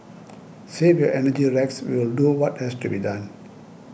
save your energy Rex we'll do what has to be done